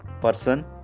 person